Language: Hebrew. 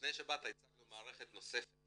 לפני שהצטרפת לישיבה הצגנו מערכת נוספת